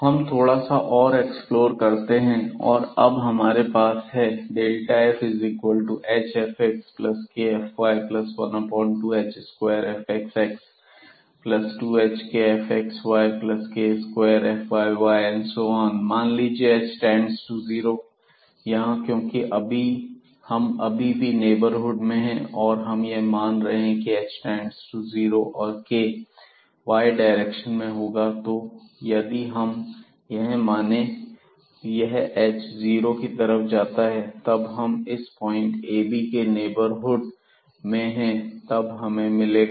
हम थोड़ा सा और एक्सप्लोर करते हैं और अब हमारे पास है fhfxabkfyab12h2fxx2hkfxyk2fkkab मान लीजिए h→0 यहां क्योंकि हम अभी भी नेबरहुड में हैं और हम यह मान रहे हैं h→0 और k y के डायरेक्शन में होगा तो यदि हम यह माने यह h जीरो की तरफ जाता है तब हम इस पॉइंट a b के नेबरहुड में हैं तब हमें मिलेगा